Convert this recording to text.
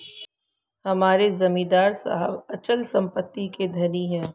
हमारे जमींदार साहब अचल संपत्ति के धनी हैं